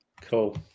Cool